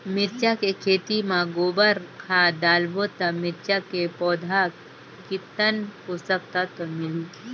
मिरचा के खेती मां गोबर खाद डालबो ता मिरचा के पौधा कितन पोषक तत्व मिलही?